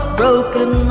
broken